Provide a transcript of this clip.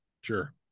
Sure